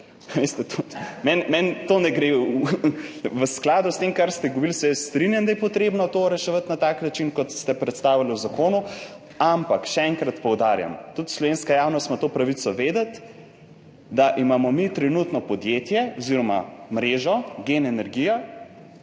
meni to ne gre. V skladu s tem, kar ste govorili, se jaz strinjam, da je potrebno to reševati na tak način, kot ste predstavili v zakonu, ampak še enkrat poudarjam, tudi slovenska javnost ima to pravico vedeti, da imamo mi trenutno podjetje oziroma mrežo GEN energija,